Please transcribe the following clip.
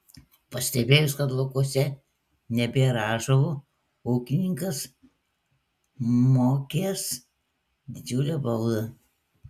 pastebėjus kad laukuose nebėra ąžuolo ūkininkas mokės didžiulę baudą